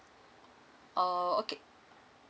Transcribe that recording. oh okay